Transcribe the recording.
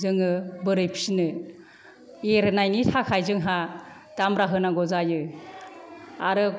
जोङो बोरै फिनो एरनायनि थाखाय जोंहा दामब्रा होनांगौ जायो आरो